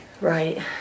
Right